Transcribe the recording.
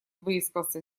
выискался